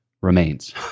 remains